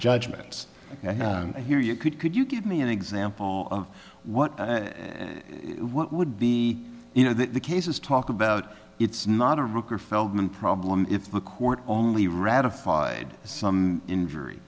judgments and here you could could you give me an example of what and what would be you know the cases talk about it's not a record feldman problem if the court only ratified some injury